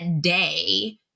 day